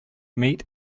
meet